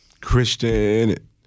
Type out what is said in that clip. christian